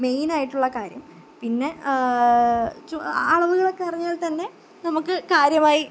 മെയ്നായിട്ടുള്ള കാര്യം പിന്നെ അളവുകളൊക്കെ അറിഞ്ഞാൽ തന്നെ നമുക്ക് കാര്യമായി